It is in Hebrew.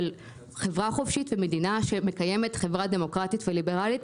של חברה חופשית ומדינה שמקיימת חברה דמוקרטית וליברלית,